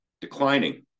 declining